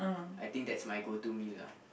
I think that's my go to meal lah